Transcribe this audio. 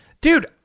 Dude